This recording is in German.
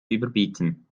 überbieten